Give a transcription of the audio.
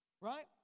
Right